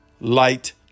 light